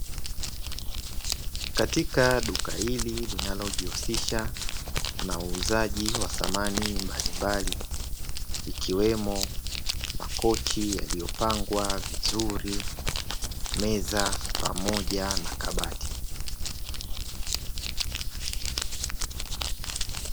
Katika duka hili linalojihusisha na uuzaji wa samani mbalimbali; ikiwemo makochi yaliyopangwa vizuri, meza pamoja na kabati.